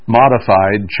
modified